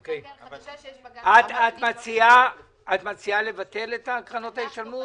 במקום שימשכו את קרנות ההשתלמות,